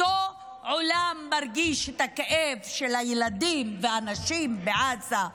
אותו עולם מרגיש את הכאב של הילדים והנשים בעזה,